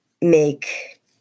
make